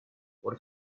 what